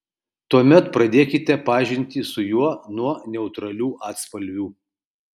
tuomet pradėkite pažintį su juo nuo neutralių atspalvių